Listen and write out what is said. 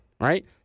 right